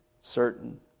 certain